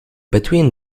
between